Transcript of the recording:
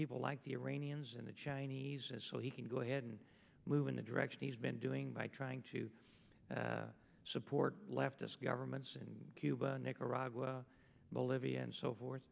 people like the iranians and the chinese and so he can go ahead and move in the direction he's been doing by trying to support leftist governments in cuba nicaragua bolivia and so forth